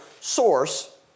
source